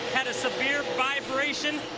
and severe vibrations.